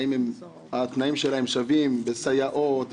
האם התנאים שלהם שווים בסייעות,